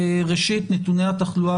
ראשית נתוני התחלואה,